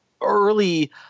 early